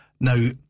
now